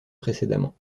précédemment